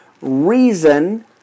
reason